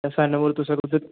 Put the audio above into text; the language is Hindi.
ऐसा ना हो कि सर उधर